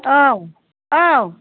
औ औ